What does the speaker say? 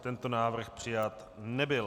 Tento návrh přijat nebyl.